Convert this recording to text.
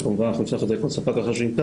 וכמובן אנחנו נפתח את זה לכל ספק אחר שניתן,